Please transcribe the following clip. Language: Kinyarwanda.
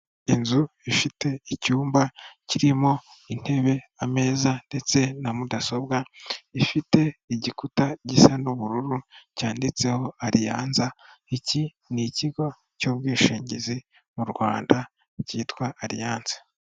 Inzu ifite icyumba kirimo intebe, ameza ndetse na mudasobwa, ifite igikuta gisa n'ubururu cyanditseho aliyanza, iki nikigo cy'ubwishingizi mu Rwanda cyitwa aliyanze.